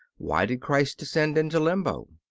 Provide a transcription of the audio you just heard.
why did christ descend into limbo?